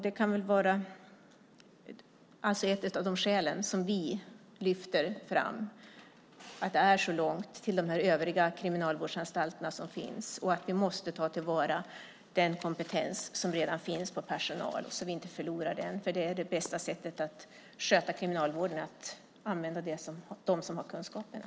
Det är ett av de skäl som vi lyfter fram, att det är så långt till de övriga kriminalvårdsanstalterna och att vi måste ta till vara den kompetens som redan finns i personal så att vi inte förlorar den, för det bästa sättet att sköta kriminalvården är att använda dem som har kunskaperna.